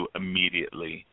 immediately